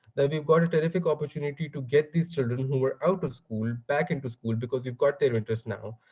that we've got a terrific opportunity to get these children who were out of school back into school because we've got their interest now.